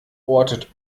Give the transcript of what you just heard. ortet